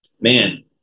man